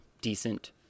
decent